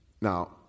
now